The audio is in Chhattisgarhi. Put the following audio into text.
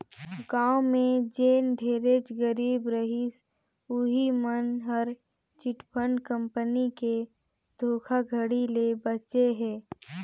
गाँव में जेन ढेरेच गरीब रहिस उहीं मन हर चिटफंड कंपनी के धोखाघड़ी ले बाचे हे